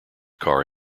car